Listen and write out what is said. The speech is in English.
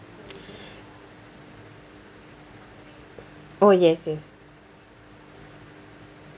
oh yes yes